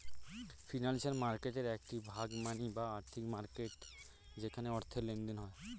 financial মার্কেটের একটি ভাগ মানি বা আর্থিক মার্কেট যেখানে অর্থের লেনদেন হয়